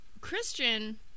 Christian